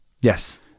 Yes